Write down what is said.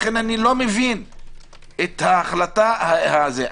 לכן איני מבין את ההחלטה הזאת.